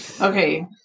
Okay